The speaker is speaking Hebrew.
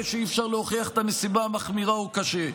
שאי-אפשר להוכיח את הנסיבה המחמירה וקשה.